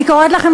אני קוראת לכם,